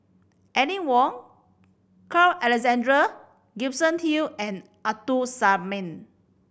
Aline Wong Carl Alexander Gibson Hill and Abdul Samad